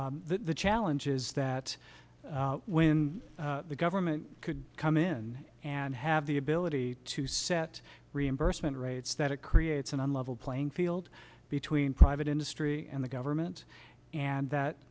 know the challenge is that when the government could come in and have the ability to set reimbursement rates that it creates an unlevel playing field between private industry and the government and that